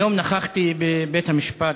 היום נכחתי בבית-המשפט,